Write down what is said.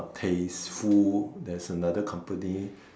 tasteful there's another company